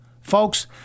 Folks